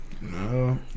No